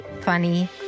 funny